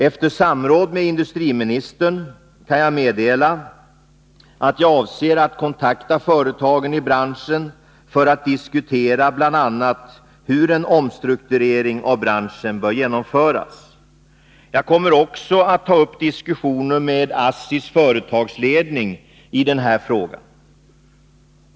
Efter samråd med industriministern kan jag meddela att jag avser att kontakta företagen i branschen för att diskutera bl.a. hur en omstrukturering av branschen bör genomföras. Jag kommer också att ta upp diskussioner med ASSI:s företagsledning i den här frågan.